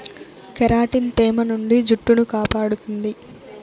keratin తేమ నుండి జుట్టును కాపాడుతుంది